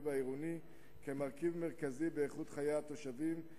והעירוני כמרכיב מרכזי באיכות חיי התושבים,